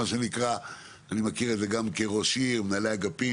ואני מכיר את זה גם כראש עיר: מנהלי אגפים,